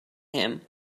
him